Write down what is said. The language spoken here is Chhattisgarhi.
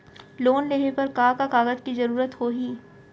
लोन लेहे बर का का कागज के जरूरत होही?